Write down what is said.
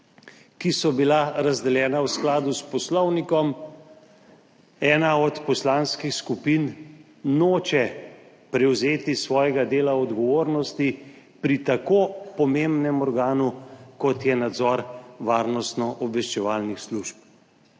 ki so bila razdeljena v skladu s poslovnikom, ena od poslanskih skupin noče prevzeti svojega dela odgovornosti pri tako pomembnem organu, kot je nadzor varnostnih in obveščevalnih služb.